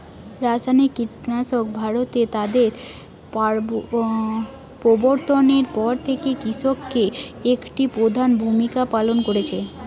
রাসায়নিক কীটনাশক ভারতে তাদের প্রবর্তনের পর থেকে কৃষিতে একটি প্রধান ভূমিকা পালন করেছে